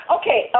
Okay